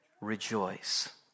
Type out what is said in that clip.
Rejoice